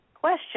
Question